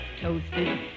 toasted